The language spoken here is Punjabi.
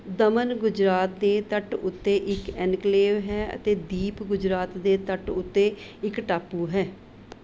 ਦਮਨ ਗੁਜਰਾਤ ਦੇ ਤੱਟ ਉੱਤੇ ਇੱਕ ਐਨਕਲੇਵ ਹੈ ਅਤੇ ਦੀਵ ਗੁਜਰਾਤ ਦੇ ਤੱਟ ਉੱਤੇ ਇੱਕ ਟਾਪੂ ਹੈ